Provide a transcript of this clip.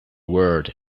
world